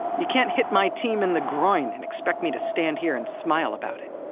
you can't hit my team in the groin and expect me to stand here and smile about it.